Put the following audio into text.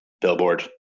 billboard